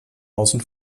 außen